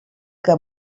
que